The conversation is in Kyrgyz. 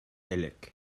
элек